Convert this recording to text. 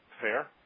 fair